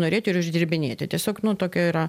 norėti ir uždirbinėti tiesiog nu tokio yra